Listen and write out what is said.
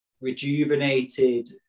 rejuvenated